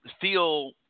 feel